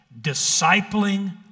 discipling